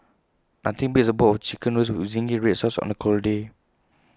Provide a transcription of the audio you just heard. nothing beats A bowl of Chicken Noodles with Zingy Red Sauce on A cold day